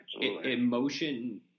emotion